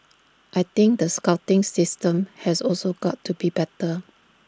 I think the scouting system has also got to be better